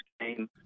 game